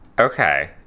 Okay